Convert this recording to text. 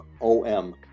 om